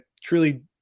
truly